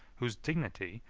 whose dignity,